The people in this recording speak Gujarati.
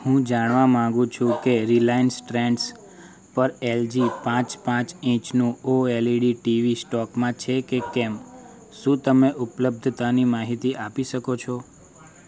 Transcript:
હું જાણવા માંગુ છું કે રિલાયન્સ ટ્રેન્ડ્સ પર એલજી પાંચ પાંચ ઈંચનું ઓએલઇડી ટીવી સ્ટોકમાં છે કે કેમ શું તમે ઉપલબ્ધતાની માહિતી આપી શકો છો